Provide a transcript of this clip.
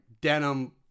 denim